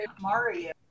Mario